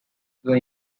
were